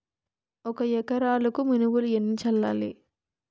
ఒక ఎకరాలకు మినువులు ఎన్ని చల్లాలి?